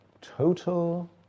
total